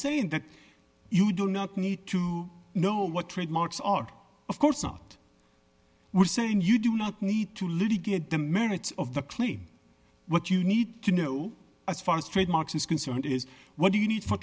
saying that you do not need to know what trademarks are of course not we're saying you do not need to litigate the merits of the claim what you need to know as far as trademarks is concerned is what do you need for